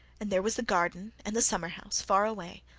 and there was the garden and the summer-house, far away,